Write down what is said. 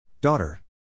Daughter